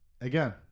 Again